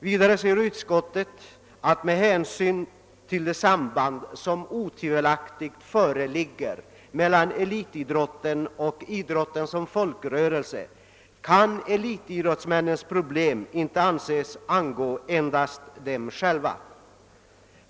Vidare säger utskottet: »Med hänsyn till det samband som otvivelaktigt föreligger mellan elitidrotten och idrotten som folkrörelse kan elitidrottsmännens problem inte anses angå endast dem själva.